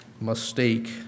mistake